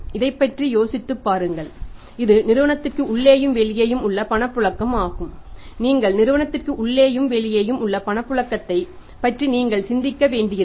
இதைப் பற்றி யோசித்துப் பாருங்கள் இது நிறுவனத்திற்கு உள்ளேயும் வெளியேயும் உள்ள பணப்புழக்கம் ஆகும் நீங்கள் நிறுவனத்திற்கு உள்ளேயும் வெளியேயும் உள்ள பணப்புழக்கத்தைப் பற்றி நீங்கள் சிந்திக்க வேண்டியிருக்கும்